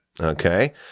Okay